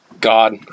God